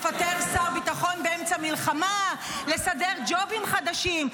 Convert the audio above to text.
לפטר שר ביטחון באמצע מלחמה, לסדר ג'ובים חדשים.